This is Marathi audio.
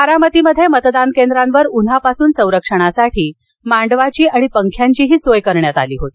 बारामतीमध्ये मतदान केंद्रांवर उन्हापासून संरक्षणासाठी मांडवाची आणि पंख्यांची सोय करण्यात आली होती